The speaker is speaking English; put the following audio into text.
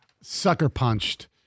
sucker-punched